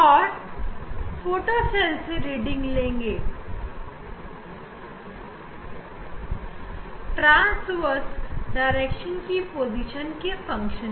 उसके बाद व्यास संबंधी दिशा में अलग अलग स्थान पर इस फोटो सेल की रीडिंग लेंगे